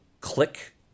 click